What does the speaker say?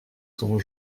sont